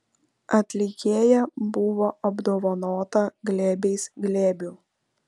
atlikėja buvo apdovanota glėbiais glėbių